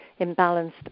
imbalanced